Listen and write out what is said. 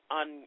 on